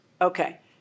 Okay